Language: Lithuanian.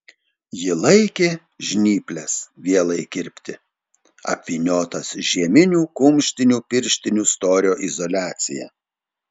ji laikė žnyples vielai kirpti apvyniotas žieminių kumštinių pirštinių storio izoliacija